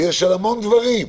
שיש שם המון דברים,